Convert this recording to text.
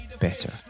better